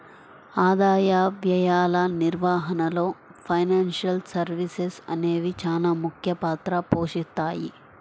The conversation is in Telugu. ఆదాయ వ్యయాల నిర్వహణలో ఫైనాన్షియల్ సర్వీసెస్ అనేవి చానా ముఖ్య పాత్ర పోషిత్తాయి